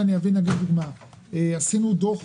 כשעשינו דוח